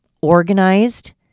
Organized